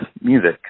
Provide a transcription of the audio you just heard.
music